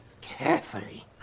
Carefully